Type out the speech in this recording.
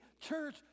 Church